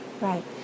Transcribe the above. Right